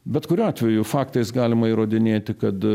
bet kuriuo atveju faktais galima įrodinėti kad